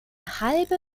halbe